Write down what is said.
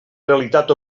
realitat